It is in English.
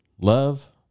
love